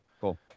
cool